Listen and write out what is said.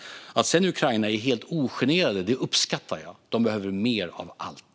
Sedan uppskattar jag att man är helt ogenerad i Ukraina och säger: Vi behöver mer av allt.